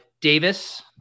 Davis